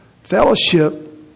Fellowship